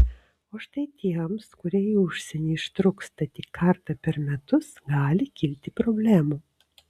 o štai tiems kurie į užsienį ištrūksta tik kartą per metus gali kilti problemų